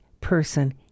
person